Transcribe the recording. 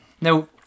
Now